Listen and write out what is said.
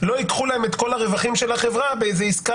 ייקחו להם את כל הרווחים של החברה באיזה עסקה